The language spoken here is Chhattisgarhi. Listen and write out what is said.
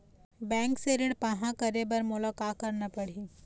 बैंक से ऋण पाहां करे बर मोला का करना पड़ही?